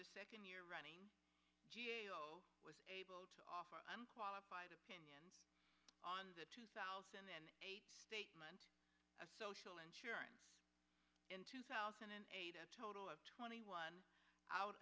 the second year running was able to offer i'm qualified opinion on the two thousand and eight statement of social insurance in two thousand and eight a total of twenty one out